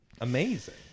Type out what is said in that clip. amazing